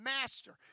master